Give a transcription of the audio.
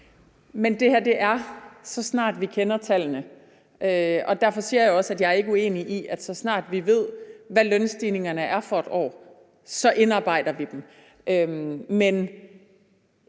Men det her er, så snart vi kender tallene. Derfor siger jeg også, at jeg ikke er uenig i, at så snart vi ved, hvad lønstigningerne er for et år, så indarbejder vi dem.